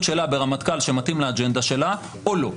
שלה ברמטכ"ל שמתאים לאג'נדה שלה או לא?